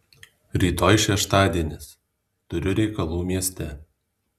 rytoj šeštadienis turiu reikalų mieste